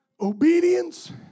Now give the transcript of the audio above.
Obedience